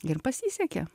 ir pasisekė